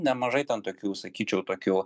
nemažai ten tokių sakyčiau tokių